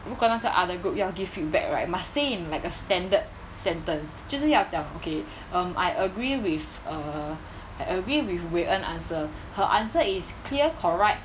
如果那个 other group 要 give feedback right must say in like a standard sentence 就是要讲 okay um I agree with err I agree with wei en answer her answer is clear correct